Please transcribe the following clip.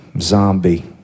zombie